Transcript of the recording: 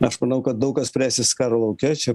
aš manau kad daug kas spręsis karo lauke čia